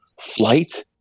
flight